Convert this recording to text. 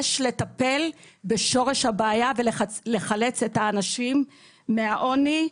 יש לטפל בשורש הבעיה ולחלץ את האנשים מהעוני.